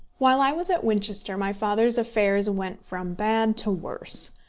while i was at winchester my father's affairs went from bad to worse.